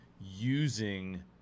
using